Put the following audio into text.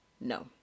no